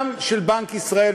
גם של בנק ישראל,